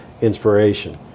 inspiration